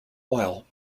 while